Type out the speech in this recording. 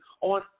on